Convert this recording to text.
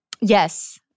Yes